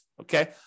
okay